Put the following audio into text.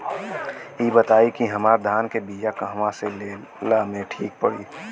इ बताईं की हमरा धान के बिया कहवा से लेला मे ठीक पड़ी?